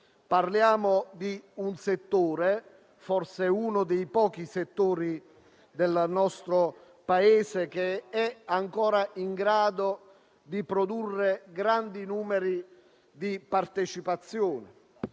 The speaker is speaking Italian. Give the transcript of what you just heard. italiani e di un settore - forse uno dei pochi del nostro Paese - ancora in grado di produrre grandi numeri di partecipazione.